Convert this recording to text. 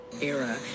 era